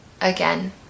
again